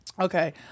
Okay